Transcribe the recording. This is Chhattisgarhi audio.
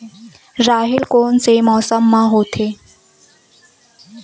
राहेर कोन से मौसम म होथे?